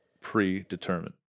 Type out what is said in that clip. predetermined